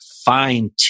fine